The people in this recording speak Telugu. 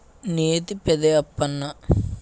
నేతి పెది అప్పన్న